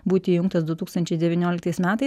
būti įjungtas du tūkstančiai devynioliktais metais